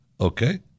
okay